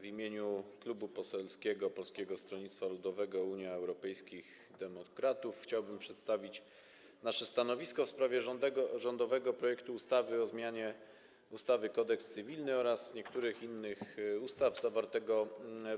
W imieniu Klubu Poselskiego Polskiego Stronnictwa Ludowego - Unii Europejskich Demokratów chciałbym przedstawić nasze stanowisko w sprawie rządowego projektu ustawy o zmianie ustawy Kodeks cywilny oraz niektórych innych ustaw, zawartego